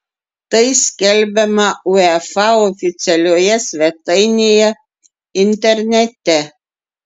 tai skelbiama uefa oficialioje svetainėje internete